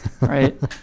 Right